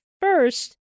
first